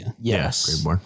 Yes